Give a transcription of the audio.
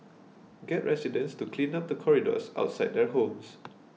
get residents to clean up the corridors outside their homes